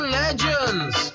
legends